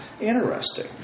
interesting